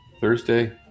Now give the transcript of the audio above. Thursday